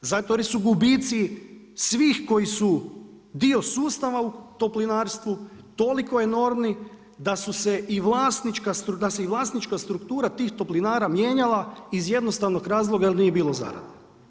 Zato jer su gubici svih koji su dio sustava u toplinarstvu toliko enormni da su se i vlasnička struktura tih toplanama mijenjala, iz jednostavnog razloga jer nije bilo zarade.